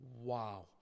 Wow